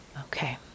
okay